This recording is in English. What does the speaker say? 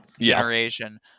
generation